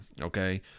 okay